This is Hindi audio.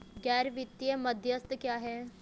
गैर वित्तीय मध्यस्थ क्या हैं?